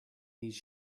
these